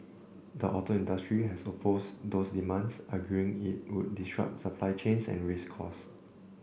the auto industry has opposed those demands arguing it would disrupt supply chains and raise costs